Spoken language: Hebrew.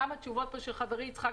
גם לשאלות של חברי יצחק,